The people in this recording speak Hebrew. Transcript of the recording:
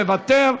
מוותר,